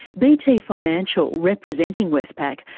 bt financial, representing westpac,